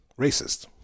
racist